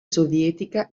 sovietica